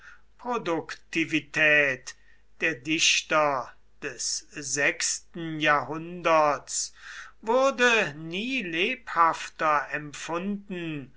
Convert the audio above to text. produktivität der dichter des sechsten jahrhunderts wurde nie lebhafter empfunden